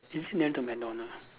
is it near the McDonald ah